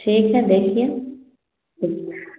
ठीक है देखिए ठीक है